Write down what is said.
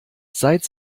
seit